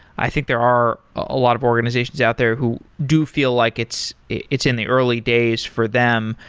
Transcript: i think there are a lot of organizations out there who do feel like it's it's in the early days for them.